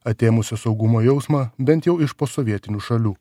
atėmusio saugumo jausmą bent jau iš posovietinių šalių